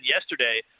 yesterday